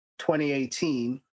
2018